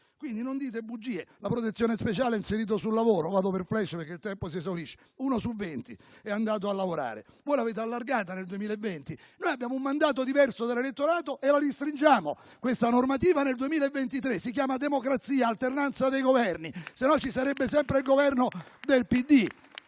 civiltà. Non dite bugie, quindi. La protezione speciale inserita sul lavoro? Vado per *flash*, perché il tempo si esaurisce. Uno su venti è andato a lavorare. Voi l'avete allargata nel 2020, ma noi abbiamo un mandato diverso dall'elettorato e restringiamo questa normativa nel 2023. Si chiama democrazia, alternanza dei Governi. Altrimenti, ci sarebbe sempre il Governo del PD,